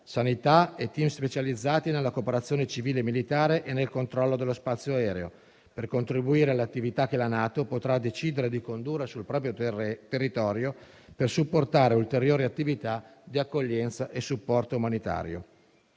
sanità e *team* specializzati nella cooperazione civile e militare e nel controllo dello spazio aereo, per contribuire all'attività che la NATO potrà decidere di condurre sul proprio territorio per supportare ulteriori attività di accoglienza e supporto umanitario.